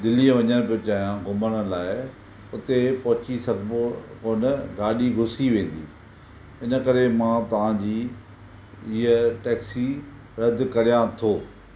दिल्ली वञणु पियो चाहिया घुमण लाइ हुते पहुची सघिबो कोन्हे गाॾी घुसी वेंदी इन करे मां तव्हांजी हीअ टैक्सी रद कयां थो